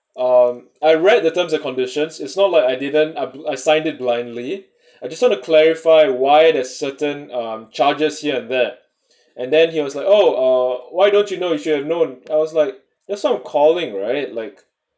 um I read the terms and conditions it's not like I didn't I I signed it blindly I just want to clarify why the certain um charges here and there and then he was like oh uh why don't you know you should have known I was like that's why I'm calling right like